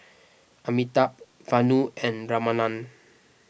Amitabh Vanu and Ramanand